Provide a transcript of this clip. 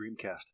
dreamcast